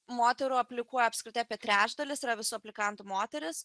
moterų aplikuoja apskritai apie trečdalis yra viso aplikantų moterys